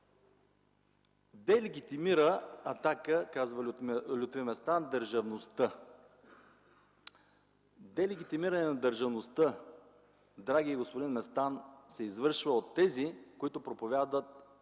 делегитимира, казва Лютви Местан, държавността. Делегитимиране на държавността, драги господин Местан, се извършва от тези, които проповядват